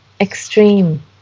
extreme